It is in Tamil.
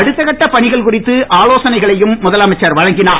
அடுத்தக்கட்ட பணிகள் குறித்து ஆலோசனைகளையும் முதலமைச்சர் வழங்கினார்